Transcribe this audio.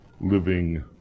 living